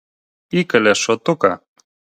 įkalė šotuką